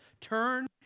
turn